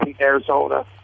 Arizona